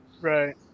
Right